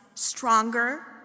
Stronger